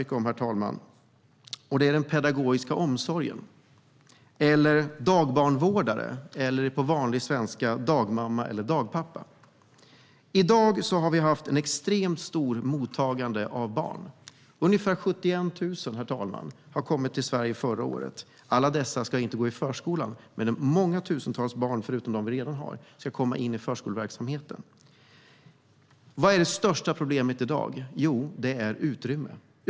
Det ena är den pedagogiska omsorgen, alltså dagbarnvårdare eller på vanlig svenska dagmamma eller dagpappa. I dag har vi ett extremt stort mottagande av barn. Ungefär 71 000 har kommit till Sverige förra året. Alla dessa ska inte gå i förskolan, men många tusentals fler barn än dem vi redan har ska komma in i förskoleverksamheten. Vad är det största problemet i dag? Jo, det är utrymme.